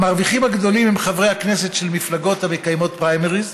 המרוויחים הגדולים הם חברי הכנסת של מפלגות המקיימות פריימריז.